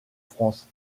france